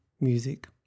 music